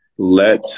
let